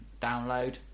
download